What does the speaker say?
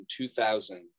2000